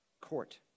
court